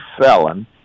felon